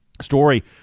story